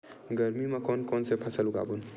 गरमी मा कोन कौन से फसल उगाबोन?